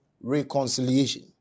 reconciliation